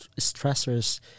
stressors